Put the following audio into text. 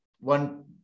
one